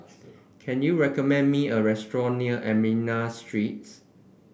can you recommend me a restaurant near Armenian Streets